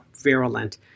virulent